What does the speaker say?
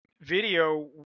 video